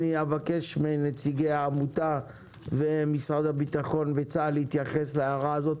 אני אבקש מנציגי העמותה ומשרד הבטחון וצה"ל להתייחס להערה הזאת.